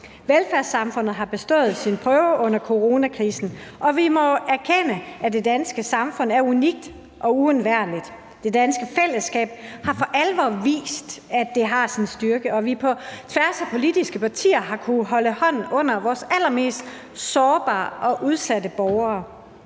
Velfærdssamfundet har bestået sin prøve under coronakrisen, og vi må jo erkende, at det danske samfund er unikt og uundværligt. Det danske fællesskab har for alvor vist sin styrke, og vi har på tværs af politiske partier kunnet holde hånden under vores allermest sårbare og udsatte borgere.